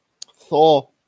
Thor